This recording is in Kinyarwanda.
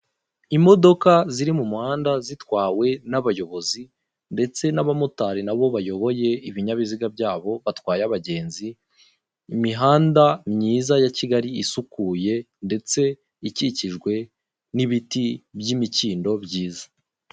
Imodoka ziri mu muhanda zitwawe n'abayobozi ndetse n'abamotari nabo bayoboye ibinyabiziga byabo, batwaye abagenzi, imihanda mwiza isukuye ndetse ikikijwe n'ibiti by'imikindo byiza.